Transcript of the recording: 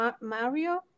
Mario